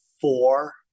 Four